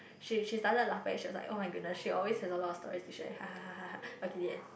she she started laughing she was like oh-my-goodness she always has a lot of stories to share okay the end